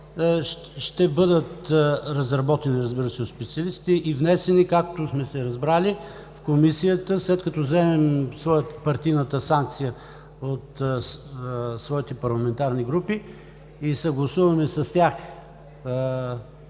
ще бъдат разработени, разбира се, от специалисти и внесени, както сме се разбрали, в Комисията, след като вземем партийната санкция от своите парламентарни групи и съгласуваме с тях